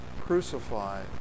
crucified